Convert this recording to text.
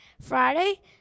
friday